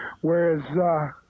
whereas